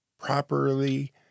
properly